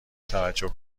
توجه